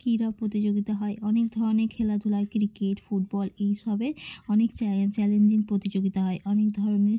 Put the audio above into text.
ক্রীড়া প্রতিযোগিতা হয় অনেক ধরনের খেলাধুলা ক্রিকেট ফুটবল এইসবে অনেক চ্যালেঞ্জিং প্রতিযোগিতা হয় অনেক ধরনের